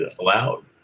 allowed